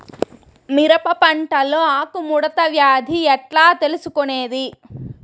మిరప పంటలో ఆకు ముడత వ్యాధి ఎట్లా తెలుసుకొనేది?